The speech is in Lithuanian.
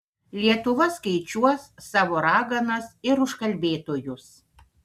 lietuva skaičiuos savo raganas ir užkalbėtojus